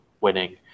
winning